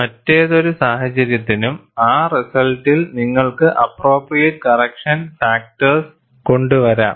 മറ്റേതൊരു സാഹചര്യത്തിനും ആ റിസൾട്ടിൽ നിങ്ങൾക്ക് അപ്പ്രോപ്രിയേറ്റ് കറക്ഷൻ ഫാക്ടർസ് കൊണ്ടുവരാം